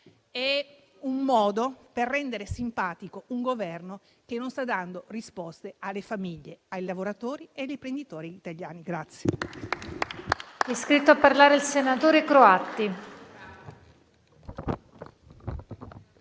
ma un modo per rendere simpatico un Governo che non sta dando risposte alle famiglie, ai lavoratori e agli imprenditori italiani.